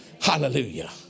Hallelujah